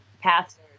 pastors